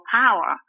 power